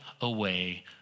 away